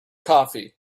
coffee